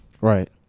right